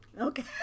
Okay